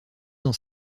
dans